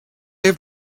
have